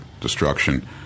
destruction